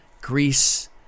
Greece